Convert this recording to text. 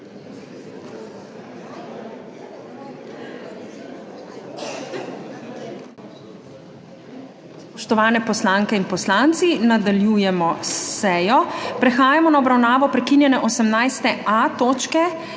Spoštovane poslanke in poslanci! Nadaljujemo s sejo. Prehajamo na obravnavo prekinjene 18.A točke,